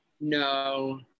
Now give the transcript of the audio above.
no